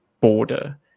border